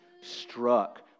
struck